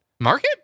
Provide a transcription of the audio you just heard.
Market